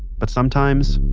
but sometimes,